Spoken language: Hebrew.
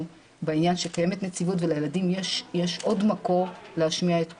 לעניין שקיימת נציבות ולילדים יש עוד מקום להשמיע את קולם.